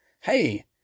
hey